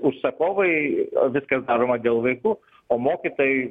užsakovai o viskas daroma dėl vaikų o mokytojui